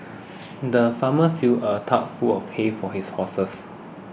the farmer filled a trough full of hay for his horses